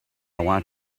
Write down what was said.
want